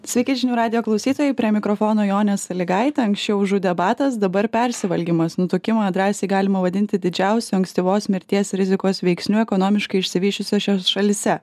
sveiki žinių radijo klausytojai prie mikrofono jonė salygaitė anksčiau žudė badas dabar persivalgymas nutukimą drąsiai galima vadinti didžiausiu ankstyvos mirties rizikos veiksniu ekonomiškai išsivysčiusiose šalyse